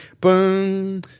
boom